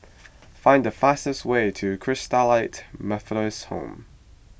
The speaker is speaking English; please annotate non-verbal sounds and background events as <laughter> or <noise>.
<noise> find the fastest way to Christalite Methodist Home